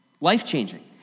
Life-changing